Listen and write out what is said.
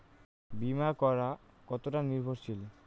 বীমা করা কতোটা নির্ভরশীল?